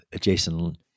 Jason